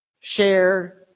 share